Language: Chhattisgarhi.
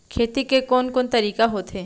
खेती के कोन कोन तरीका होथे?